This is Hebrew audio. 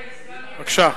בבקשה.